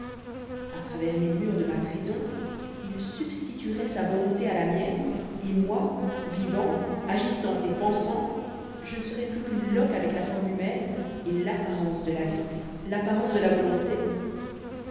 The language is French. à travers les murs de ma prison il substituerait sa volonté à la mienne et moi vivant agissant et pensant je ne serais plus qu'une loque avec la forme humaine et l'apparence de la vie l'apparence de la volonté